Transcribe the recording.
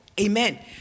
Amen